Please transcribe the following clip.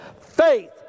faith